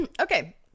Okay